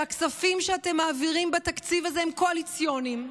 שהכספים שאתם מעבירים בתקציב הזה הם קואליציוניים,